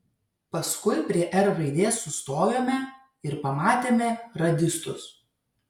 paskui prie r raidės sustojome ir pamatėme radistus